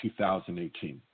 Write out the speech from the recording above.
2018